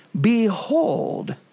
Behold